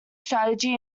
strategy